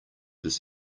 this